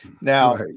Now